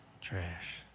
Trash